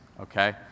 okay